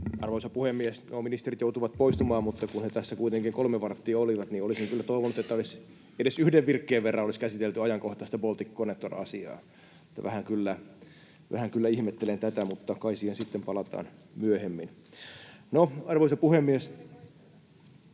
Arvoisa puhemies! Ministerit joutuivat poistumaan, mutta kun he tässä kuitenkin kolme varttia olivat, niin olisin kyllä toivonut, että edes yhden virkkeen verran olisi käsitelty ajankohtaista Balticconnector-asiaa. Vähän kyllä ihmettelen tätä, mutta kai siihen sitten palataan myöhemmin. No, arvoisa puhemies!